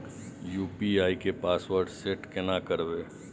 UPI के password set केना करबे?